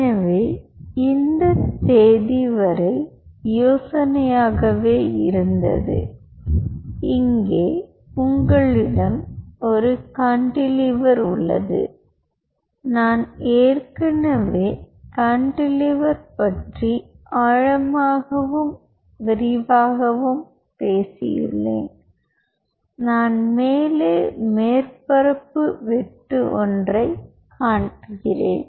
எனவே இந்த தேதி வரை யோசனையாகவே இருந்தது இங்கே உங்களிடம் ஒரு கான்டிலீவர் உள்ளது நான் ஏற்கனவே கான்டிலீவர் பற்றி ஆழமாகப் பேசியுள்ளேன் நான் மேலே மேற்பரப்பு வெட்டு ஒன்றைக் காட்டுகிறேன்